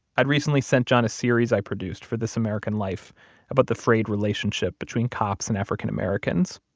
i'd recently sent john a series i produced for this american life about the frayed relationship between cops and african americans.